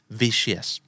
vicious